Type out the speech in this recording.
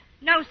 No